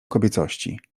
kobiecości